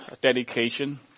dedication